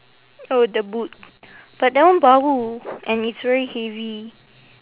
oh the boot but that one bau and it's very heavy